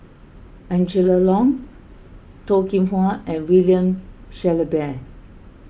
Angela Liong Toh Kim Hwa and William Shellabear